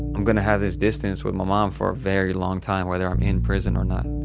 i'm going to have this distance with my mom for a very long time whether i'm in prison or not.